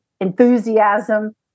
enthusiasm